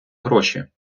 гроші